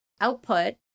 output